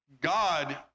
God